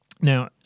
Now